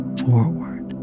forward